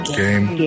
game